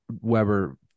Weber